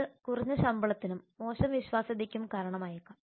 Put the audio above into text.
ഇത് കുറഞ്ഞ ശമ്പളത്തിനും മോശം വിശ്വാസ്യതയ്ക്കും കാരണമായേക്കാം